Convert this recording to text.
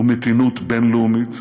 ומתינות בין-לאומית.